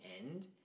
end